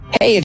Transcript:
Hey